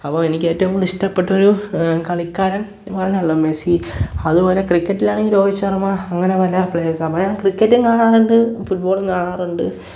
അപ്പോൾ എനിക്ക് ഏറ്റവും കൂടുതൽ ഇഷ്ടപ്പെട്ട ഒരു കളിക്കാരൻ പറഞ്ഞല്ലോ മെസ്സി അതുപോലെ ക്രിക്കറ്റിലാണെങ്കിൽ രോഹിത് ശർമ അങ്ങനെ പല സമയവും ക്രിക്കറ്റും കാണാറുണ്ട് ഫുട്ബോളും കാണാറുണ്ട്